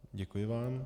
Děkuji vám.